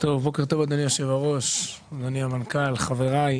בוקר טוב, אדוני היושב-ראש, אדוני המנכ"ל, חבריי.